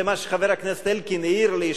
זה מה שחבר הכנסת אלקין העיר לי,